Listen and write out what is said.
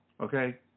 Okay